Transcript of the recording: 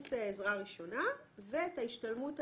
קורס עזרה ראשונה ואת ההשתלמות,